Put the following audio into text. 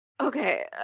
Okay